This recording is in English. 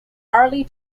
early